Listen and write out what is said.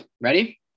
Ready